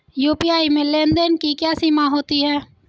UPI में लेन देन की क्या सीमा होती है?